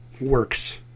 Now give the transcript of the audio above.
works